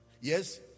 Yes